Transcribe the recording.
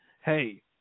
hey